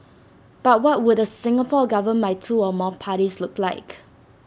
but what would the Singapore governed by two or more parties look like